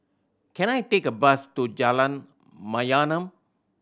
can I take a bus to Jalan Mayaanam